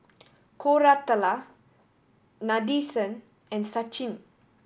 Koratala Nadesan and Sachin